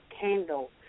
candle